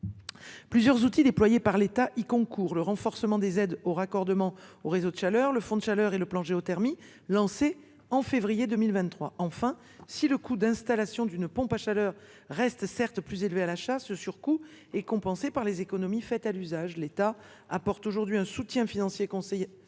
plusieurs outils déployés par l’État, dont le renforcement des aides au raccordement au réseau de chaleur, le fonds Chaleur et le plan géothermie, lancé en février 2023. Enfin, si le coût d’installation d’une pompe à chaleur reste très élevé à l’achat, le surcoût est compensé par les économies faites à l’usage. L’État apporte désormais un soutien financier important